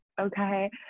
okay